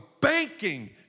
banking